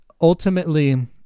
ultimately